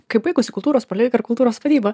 kaip baigusi kultūros politiką ir kultūros vadybą